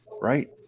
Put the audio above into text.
Right